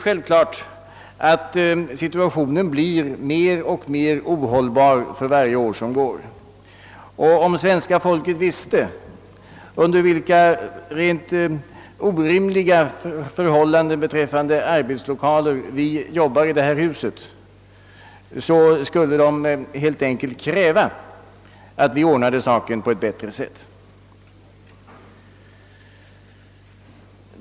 Situationen blir mer och mer ohållbar för varje år som går. Om allmänheten visste under vilka orimliga förhållanden vi arbetar här, skulle svenska folket helt enkelt kräva att vi ordnade våra arbetslokaler på ett bättre sätt.